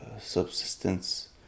subsistence